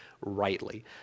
rightly